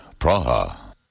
Praha